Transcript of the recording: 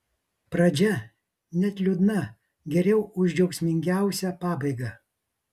pradžia net liūdna geriau už džiaugsmingiausią pabaigą